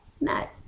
No